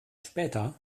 später